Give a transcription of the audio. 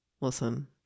Listen